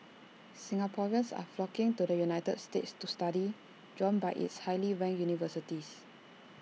Singaporeans are flocking to the united states to study drawn by its highly ranked universities